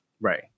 Right